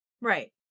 Right